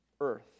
earth